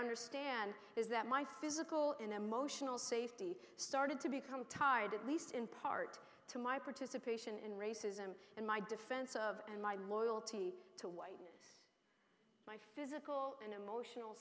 understand is that my physical and emotional safety started to become tied at least in part to my participation in racism and my defense of and my loyalty to my physical and emotional